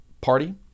party